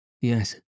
Yes